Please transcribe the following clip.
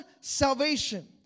salvation